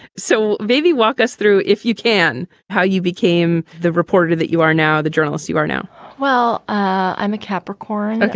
so maybe walk us through, if you can, how you became the reporter that you are now, the journalists you are now well, i'm a capricorn.